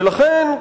ולכן,